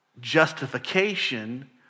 justification